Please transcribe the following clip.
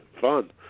fun